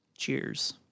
Cheers